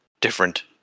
different